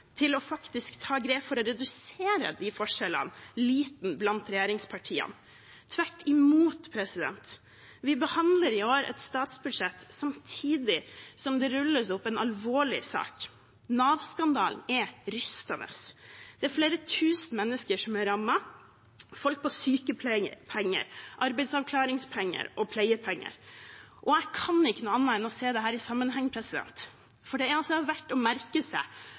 viljen til faktisk å ta grep for å redusere de forskjellene liten blant regjeringspartiene. Tvert imot – vi behandler i år et statsbudsjett samtidig som det rulles opp en alvorlig sak. Nav-skandalen er rystende. Det er flere tusen mennesker som er rammet, folk på sykepenger, arbeidsavklaringspenger og pleiepenger. Jeg kan ikke annet enn å se dette i sammenheng, for det er verdt å merke seg